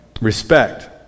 Respect